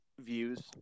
views